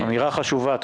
אמירה חשובה.